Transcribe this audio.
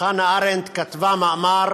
ארנדט כתבה מאמר